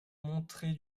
montré